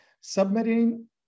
Submarine